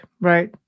right